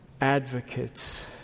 advocates